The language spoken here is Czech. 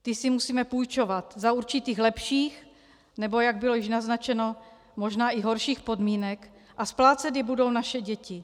Ty si musíme půjčovat za určitých lepších, nebo jak bylo již naznačeno, možná i horších podmínek a splácet je budou naše děti.